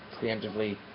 preemptively